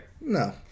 No